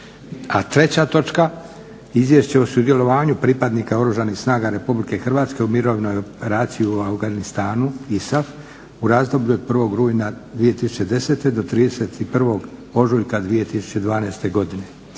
(ISAF) - Izvješće o sudjelovanju pripadnika Oružanih snaga Republike Hrvatske u mirovnoj operaciji u Afganistanu (ISAF) u razdoblju od 1. rujna 2010. do 31. ožujka 2012.godine